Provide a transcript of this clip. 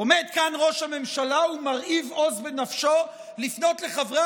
עומד כאן ראש הממשלה ומרהיב עוז בנפשו לפנות אל חברי